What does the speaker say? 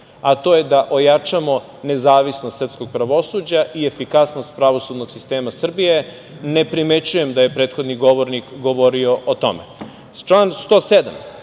a to je da ojačamo nezavisnost srpskog pravosuđa i efikasnost pravosudnog sistema Srbije. Ne primećujem da je prethodni govornik govorio o tome. Član